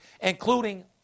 including